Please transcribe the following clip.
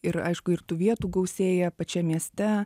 ir aišku ir tų vietų gausėja pačiam mieste